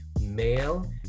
male